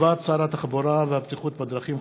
הודעת שר התחבורה והבטיחות בדרכים,